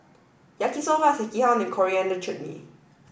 Yaki Soba Sekihan and Coriander Chutney